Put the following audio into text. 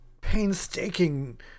painstaking